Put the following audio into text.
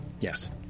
yes